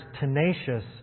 tenacious